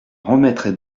remettrai